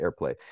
airplay